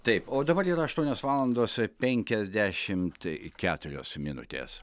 taip o dabar yra aštuonios valandos penkiasdešimt keturios minutės